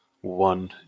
one